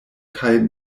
kaj